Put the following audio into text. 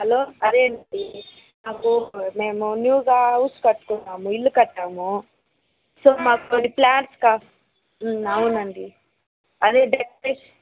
hello అదే అండి మాకు మేము న్యూ హౌస్ కట్టుకున్నాము ఇల్లు కట్టాము సో మాకు కొన్ని ప్లాంట్స్ కా అవునండి అదే డెకొరేషన్